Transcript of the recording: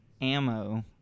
Ammo